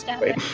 Wait